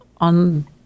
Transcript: on